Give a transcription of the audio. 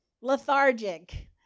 lethargic